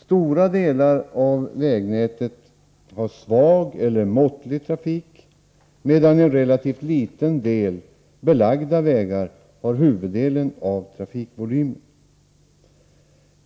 Stora delar av vägnätet har svag eller måttlig trafik, medan en relativt liten del belagda vägar har huvuddelen av trafikvolymen.